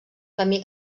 camí